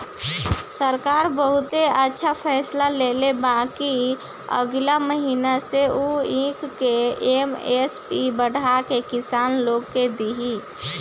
सरकार बहुते अच्छा फैसला लेले बा कि अगिला महीना से उ ऊख के एम.एस.पी बढ़ा के किसान लोग के दिही